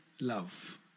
love